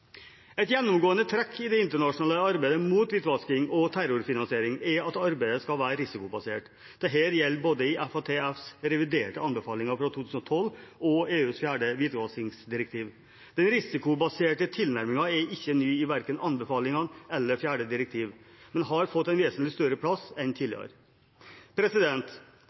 Et gjennomgående trekk i det internasjonale arbeidet mot hvitvasking og terrorfinansiering er at arbeidet skal være risikobasert. Dette gjelder både i FATFs reviderte anbefalinger fra 2012 og i EUs fjerde hvitvaskingsdirektiv. Den risikobaserte tilnærmingen er ikke ny i verken anbefalingene eller fjerde direktiv, men har fått en vesentlig større plass enn